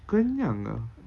kenyang ke